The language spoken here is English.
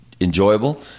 enjoyable